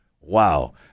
Wow